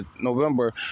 November